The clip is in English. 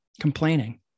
Complaining